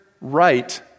right